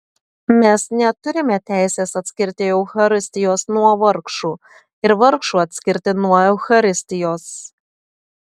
mes neturime teisės atskirti eucharistijos nuo vargšų ir vargšų atskirti nuo eucharistijos